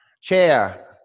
Chair